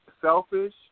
selfish